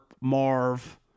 Marv